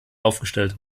aufgestellt